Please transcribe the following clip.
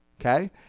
okay